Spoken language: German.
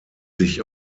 sich